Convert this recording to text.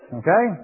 okay